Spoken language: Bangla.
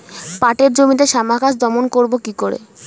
পাটের জমিতে শ্যামা ঘাস দমন করবো কি করে?